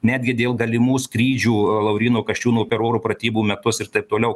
netgi dėl galimų skrydžių lauryno kasčiūno per oro pratybų metus ir taip toliau